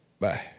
bye